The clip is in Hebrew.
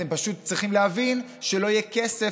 אתם פשוט צריכים להבין שלא יהיה כסף